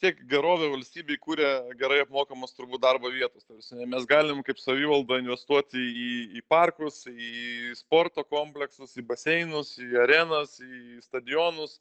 tiek gerovę valstybei kuria gerai apmokamos turbūt darbo vietos ta prasme mes galim kaip savivalda investuot į į į parkus į sporto kompleksus į baseinus į arenas į stadionus